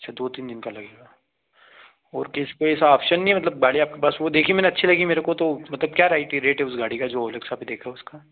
अच्छा दो तीन दिन का लगेगा और किस कोई ऐसा ऑप्शन नहीं मतलब गाड़ी आपके पास वह देखी मैंने अच्छी लगी मेरे को तो मतलब क्या राइट है रेट है उस गाड़ी का जो ओलेक्सा पर देखा उसका